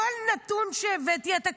בכל נתון שהבאתי אתה כישלון.